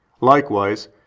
Likewise